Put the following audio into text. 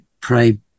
pray